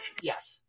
Yes